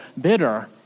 bitter